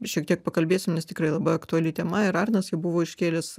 šiek tiek pakalbėsim nes tikrai labai aktuali tema ir arnas jau buvo iškėlęs